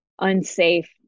unsafe